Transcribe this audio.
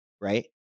right